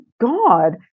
God